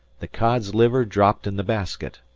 the cod's liver dropped in the basket.